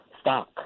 stock